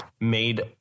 made